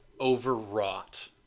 overwrought